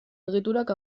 egiturak